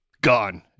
gone